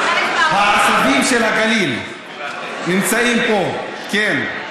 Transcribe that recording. העצבים של הגליל נמצאים פה, כן.